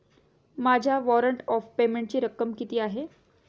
माझ्या warrant of पेमेंटची रक्कम किती आहे?